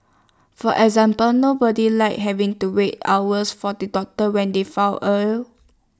for example nobody likes having to wait hours for the doctor when they fall ill